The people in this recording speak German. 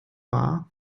wahr